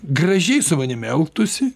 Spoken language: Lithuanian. gražiai su manim elgtųsi